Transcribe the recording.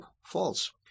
false